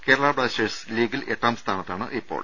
Kerala Blasters ലീഗിൽ എട്ടാം സ്ഥാനത്താണ് ഇപ്പോൾ